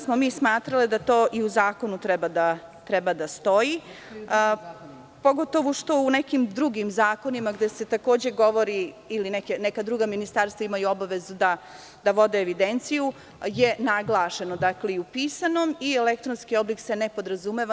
Smatrale smo da to i u zakonu treba da stoji, pogotovo što je u nekim drugim zakonima, gde se takođe govori, ili neka druga ministarstva imaju obavezu da vode evidenciju, naglašeno, dakle u pisanom, elektronski oblik se ne podrazumeva.